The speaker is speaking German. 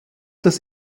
das